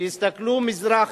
יסתכלו מזרחה.